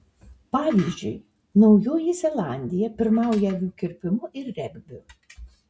pavyzdžiui naujoji zelandija pirmauja avių kirpimu ir regbiu